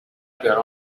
بیار